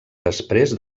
després